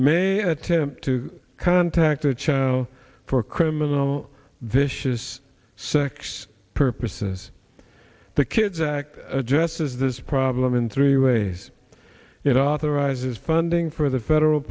may attempt to contact the child for criminal vicious sex purposes the kids act addresses this problem in three ways it authorizes funding for the federal